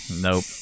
Nope